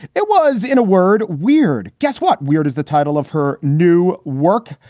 it was, in a word, weird. guess what? weird is the title of her new work.